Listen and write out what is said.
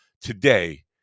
today